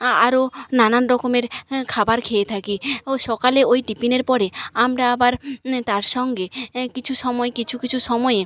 আরো নানান রকমের খাবার খেয়ে থাকি ও সকালে ওই টিপিনের পরে আমরা আবার তার সঙ্গে কিছু সময় কিছু কিছু সময়ে